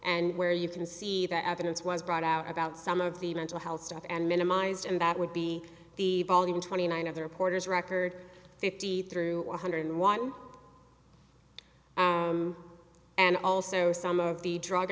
and where you can see that evidence was brought out about some of the mental health stuff and minimized and that would be the volume twenty nine of the reporters record fifty through one hundred one and also some of the drug